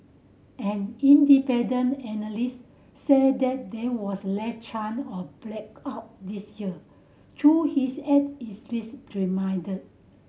an independent analyst said that there was less chance or blackout this year though he is added is risk remained